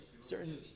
Certain